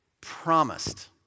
promised